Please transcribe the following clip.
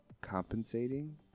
Compensating